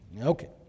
okay